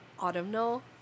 autumnal